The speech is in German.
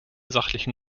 sachlichen